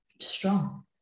strong